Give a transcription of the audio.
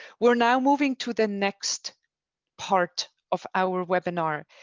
we're now moving to the next part of our webinar,